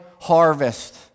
harvest